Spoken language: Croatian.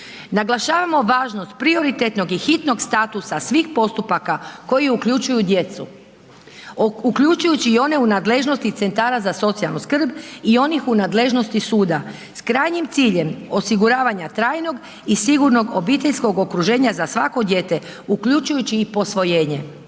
Naglašavamo važnost prioritetnog i hitnog statusa svih postupaka, koji uključuju djecu, uključujući i one u nadležnosti centara za socijalnu skrb i onih u nadležnosti suda, s krajnjim ciljem osiguravanje trajnog i sigurnog obiteljskog okruženja za svako dijete, uključujući i posvojenje.